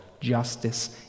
Justice